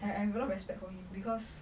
I have a lot of respect for him because